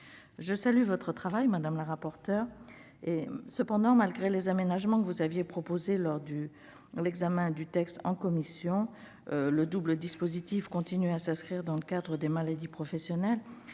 Je salue votre travail, madame la rapporteure. Cependant, malgré les aménagements que vous aviez proposés lors de l'examen du texte en commission, le double dispositif continue à s'inscrire dans le cadre des maladies professionnelles.